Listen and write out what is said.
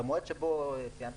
במועד שציינת,